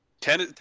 ten